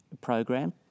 program